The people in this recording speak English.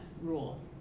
rule